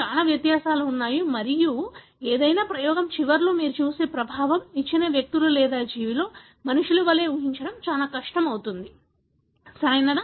చాలా వ్యత్యాసాలు ఉన్నాయి మరియు ఏదైనా ప్రయోగం చివరిలో మీరు చూసే ప్రభావం ఇచ్చిన వ్యక్తుల లేదా జీవిలో మనుషుల వలె ఊహించడం చాలా కష్టం అవుతుంది సరియైనది